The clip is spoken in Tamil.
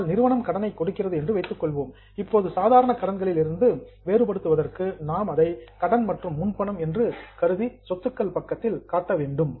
ஆனால் நிறுவனம் கடனை கொடுக்கிறது என்று வைத்துக்கொள்வோம் இப்போது சாதாரண கடன்களில் இருந்து டிஸ்டிங்கிஷ் வேறுபடுத்துவதற்கு நாம் அதை கடன் மற்றும் முன்பணம் என்று கருதி சொத்துக்கள் பக்கத்தில் காட்ட வேண்டும்